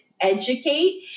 educate